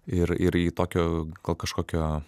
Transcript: ir ir tokio gal kažkokio